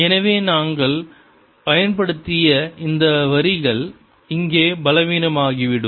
எனவே நாங்கள் பயன்படுத்திய இந்த வரிகள் இங்கே பலவீனமாகிவிடும்